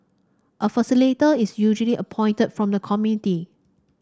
a facilitator is usually appointed from the committee